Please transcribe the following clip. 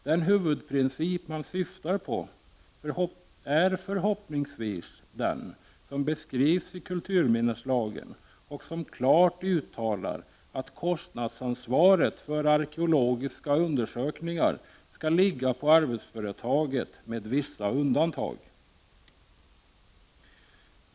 Den huvudprincip som man syftar på är förhoppningsvis den som beskrivs i kulturminneslagen och där det klart uttalas att kostnadsansvaret för arkeologiska undersökningar skall ligga på arbetsföretaget med vissa undantag.